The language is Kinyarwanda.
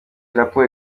raporo